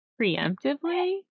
preemptively